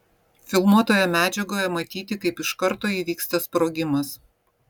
filmuotoje medžiagoje matyti kaip iš karto įvyksta sprogimas